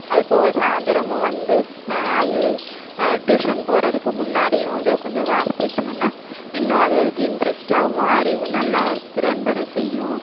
அது போக சாயந்தரமும் வந்து அது டியூஷன் போகிறதுக்கு முன்னாடியும் இதை கொஞ்சம் வாசிச்சிச்சிங்கன்னால் இன்னும் அதுங்களுக்கு இன்ட்ரெஸ்ட்டாகவும் அறிவு நல்லா திறன் பட செய்யும்